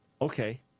Okay